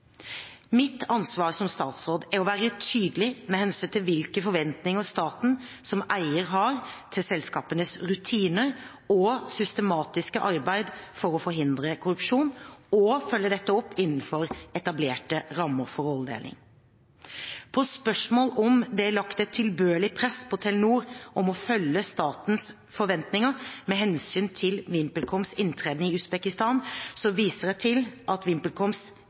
Mitt ansvar som statsråd er å være tydelig med hensyn til hvilke forventninger staten som eier har til selskapenes rutiner og systematiske arbeid for å forhindre korrupsjon, og følge dette opp innenfor etablerte rammer for rolledeling. På spørsmål om det er lagt et tilbørlig press på Telenor om å følge statens forventninger med hensyn til VimpelComs inntreden i Usbekistan viser jeg til at